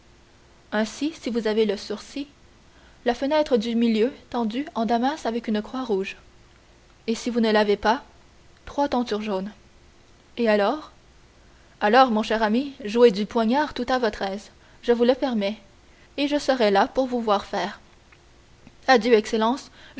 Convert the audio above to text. ainsi si vous avez le sursis la fenêtre du milieu tendue en damas avec une croix rouge si vous ne l'avez pas trois tentures jaunes et alors alors mon cher ami jouez du poignard tout à votre aise je vous le permets et je serai là pour vous voir faire adieu excellence